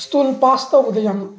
stool ꯄꯥꯁ ꯇꯧꯕꯗ ꯌꯥꯝ